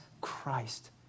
Christ